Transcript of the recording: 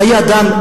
חיי אדם.